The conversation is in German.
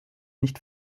nicht